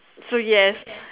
so yes